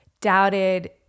doubted